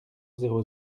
zéro